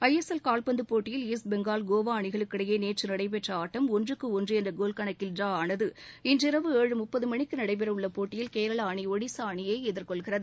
ISL கால்பந்து போட்டியில் East Bengal Goa அணிகளுக்கிடையே நேற்று நடைபெற்ற ஆட்டம் ஒன்றுக்கு ஒன்று என்ற கோல் கணக்கில் டிரா ஆனது இன்று இரவு ஏழு முப்பது மணிக்கு நடைபெறவுள்ள போட்டியில் கேரள அணி ஒடிசா அணியை எதிர்கொள்கிறது